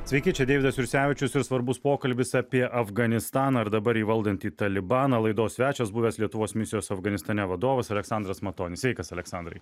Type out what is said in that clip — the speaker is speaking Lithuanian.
sveiki čia deividas jursevičius ir svarbus pokalbis apie afganistaną ir dabar jį valdantį talibaną laidos svečias buvęs lietuvos misijos afganistane vadovas aleksandras matonis sveikas aleksandrai